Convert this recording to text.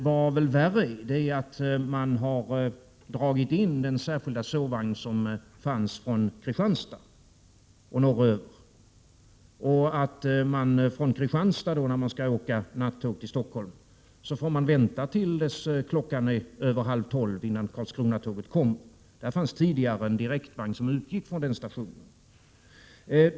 Vad värre är är att man har dragit in den särskilda sovvagn som fanns från Kristianstad norröver så att man, när man skall åka nattåg till Stockholm från Kristianstad, får vänta tills klockan är över halv tolv innan Karlskronatåget kommer. Det fanns tidigare en direktvagn som utgick från Kristianstad.